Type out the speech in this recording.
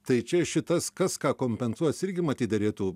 tai čia šitas kas ką kompensuos irgi matyt derėtų